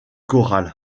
corral